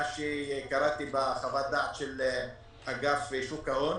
מה שקראתי בחוות הדעת של אגף שוק ההון,